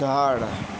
झाड